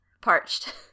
Parched